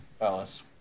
Alice